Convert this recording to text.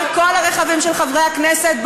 על כל הרכבים של חברי הכנסת.